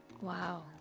Wow